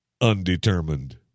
Undetermined